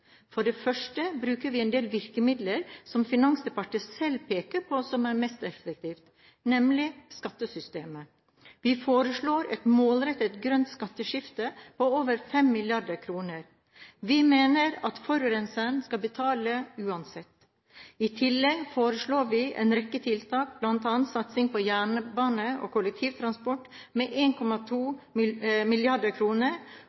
For det første bruker vi en del virkemidler som Finansdepartementet selv peker på som de mest effektive – nemlig gjennom skattesystemet. Vi foreslår et målrettet grønt skatteskifte på over 5 mrd. kr. Vi mener at forurenseren skal betale uansett. I tillegg foreslår vi en rekke tiltak, bl.a. satsing på jernbane og kollektivtransport med